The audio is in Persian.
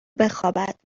بخوابد